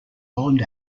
holland